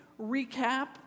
recap